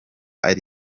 ari